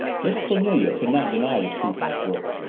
miss cornelia could not deny the truth in his words.